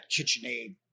KitchenAid